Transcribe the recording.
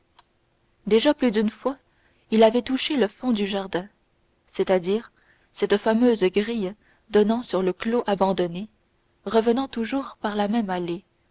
déjà plus d'une fois il avait touché le fond du jardin c'est-à-dire cette fameuse grille donnant sur le clos abandonné revenant toujours par la même allée